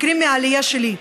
מקרים מהעלייה שלי,